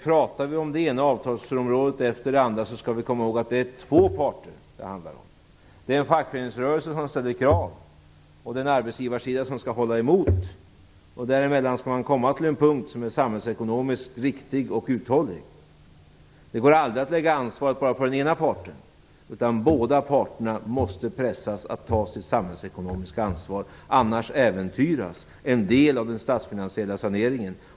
Pratar vi om det ena avtalsområdet efter det andra skall vi komma ihåg att det är två parter som det handlar om: en fackföreningsrörelse som ställer krav och en arbetsgivarsida som skall hålla emot. Däremellan skall man komma till en punkt som är samhällsekonomiskt riktig och uthållig. Det går aldrig att lägga ansvaret bara på den ena parten. Båda parterna måste pressas att ta sitt samhällsekonomiska ansvar, annars äventyras en del av den statsfinansiella saneringen.